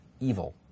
evil